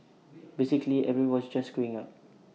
basically everybody was just queuing up